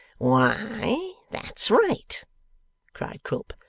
why, that's right cried quilp.